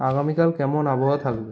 আগামীকাল কেমন আবহাওয়া থাকবে